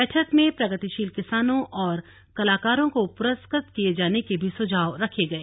बैठक में प्रगतिशील किसानों और कलाकारों को पुरुस्कृत किये जाने के भी सुझाव रखे गए